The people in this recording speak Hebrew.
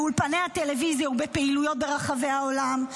באולפני הטלוויזיה ובפעילויות ברחבי העולם,